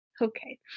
okay